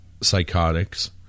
psychotics